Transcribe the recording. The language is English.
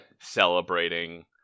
celebrating